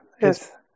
Yes